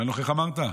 חנוך, איך אמרת?